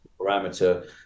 parameter